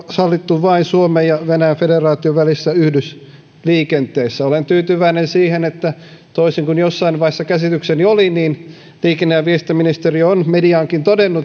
sallittu vain suomen ja venäjän federaation välisessä yhdysliikenteessä olen tyytyväinen siihen että toisin kuin jossain vaiheessa käsitykseni oli liikenne ja viestintäministeriö on mediaankin todennut että